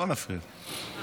אבל הליכוד כבר, לא להפריע.